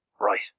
Right